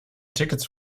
tickets